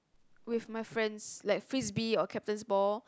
with my friends like frisbee or captain's ball